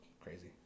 crazy